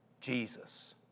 Jesus